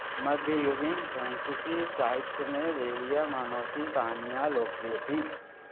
मध्ययुगीन फ्रांसीसी साहित्य में भेड़िया मानव की कहानियाँ लोकप्रिय थीं